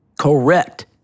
Correct